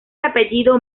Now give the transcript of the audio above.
apellido